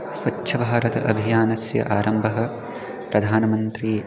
स्वच्छभारत अभियानस्य आरम्भः प्रधानमन्त्री